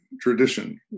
tradition